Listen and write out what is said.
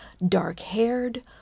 dark-haired